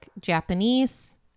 Japanese